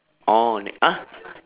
oh ne~ !huh!